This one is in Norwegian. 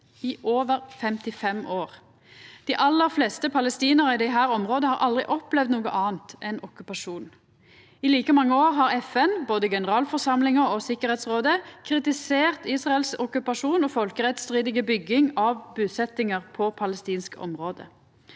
i over 55 år. Dei aller fleste palestinarar i desse områda har aldri opplevd noko anna enn okkupasjon. I like mange år har FN – både generalforsamlinga og Tryggingsrådet – kritisert Israels okkupasjon og folkerettsstridige bygging av busetjingar på palestinsk område.